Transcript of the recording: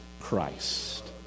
Christ